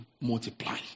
multiply